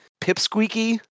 pipsqueaky